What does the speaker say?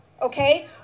Okay